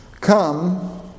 Come